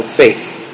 faith।